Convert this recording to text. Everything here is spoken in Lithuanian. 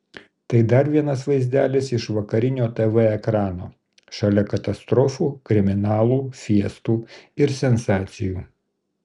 tai dar vienas vaizdelis iš vakarinio tv ekrano šalia katastrofų kriminalų fiestų ir sensacijų